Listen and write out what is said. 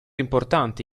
importante